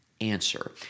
answer